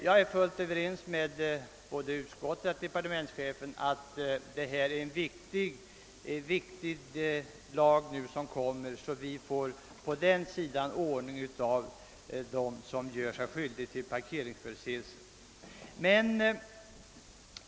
Jag är fullt överens med både utskottet och departementschefen att det är viktigt att vi får denna lag så att det blir en bättre ordning när det gäller att fastställa vem som är skyldig till en parkeringsförseelse.